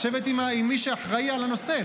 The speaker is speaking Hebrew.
לשבת עם מי שאחראי על הנושא,